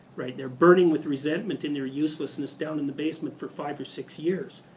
they're burning with resentment in their uselessness down in the basement for five or six year.